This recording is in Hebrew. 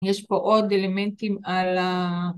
יש פה עוד אלמנטים על ה...